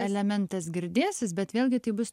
elementas girdėsis bet vėlgi tai bus